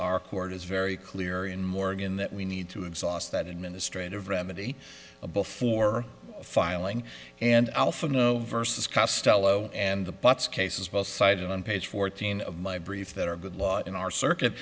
our court is very clear in morgan that we need to exhaust that administrative remedy before filing and alpha no versus costello and the buts case as well cited on page fourteen of my brief that are good law in our circuit